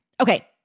Okay